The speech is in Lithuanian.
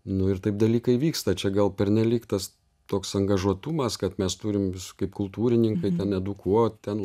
nu ir taip dalykai vyksta čia gal pernelyg tas toks angažuotumas kad mes turim visų kaip kultūrininkai edukuot ten